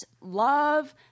love